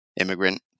immigrant